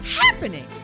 happening